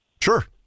Sure